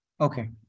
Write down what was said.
Okay